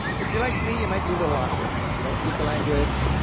if you're like me you might be a little awkward, you don't speak the language,